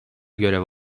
görev